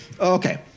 Okay